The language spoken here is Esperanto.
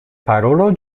parolo